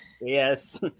yes